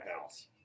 house